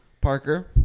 Parker